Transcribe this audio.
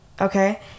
okay